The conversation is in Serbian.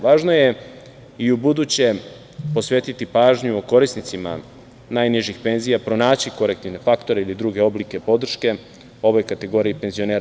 Važno je i ubuduće posvetiti pažnju korisnicima najnižih penzija, pronaći korektivne faktore ili druge oblike podrške ovoj kategoriji penzionera.